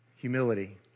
Humility